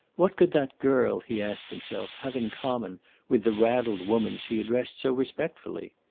what could that girl, he asked himself, have in common with the raddled woman she addressed so respectfully?